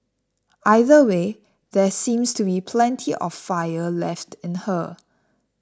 either way there seems to be plenty of fire left in her